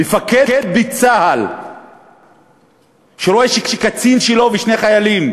מפקד בצה"ל שרואה שקצין שלו ושני חיילים,